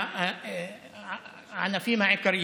הענפים העיקריים?